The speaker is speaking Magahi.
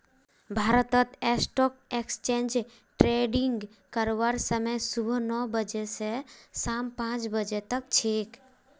भारतत स्टॉक एक्सचेंज ट्रेडिंग करवार समय सुबह नौ बजे स शाम पांच बजे तक छेक